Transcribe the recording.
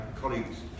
colleagues